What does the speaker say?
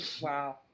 Wow